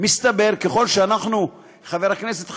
מסתבר שככל שאנחנו, חבר הכנסת חאג'